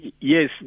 Yes